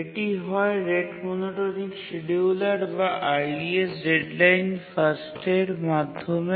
এটি হয় rate monotonic scheduler বা আর্লিয়েস্ট ডেডলাইন ফার্স্টের মাধ্যমে